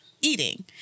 eating